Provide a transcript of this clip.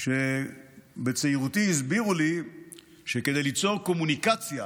שבצעירותי הסבירו לי שכדי ליצור קומוניקציה